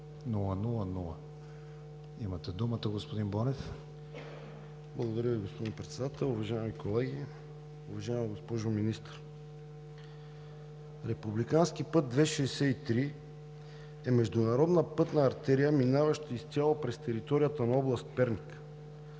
(БСП за България): Благодаря Ви, господин Председател. Уважаеми колеги, уважаема госпожо Министър! Републикански път ІІ-63 е международна пътна артерия, минаваща изцяло през територията на област Перник,